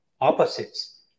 opposites